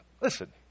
listen